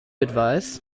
advise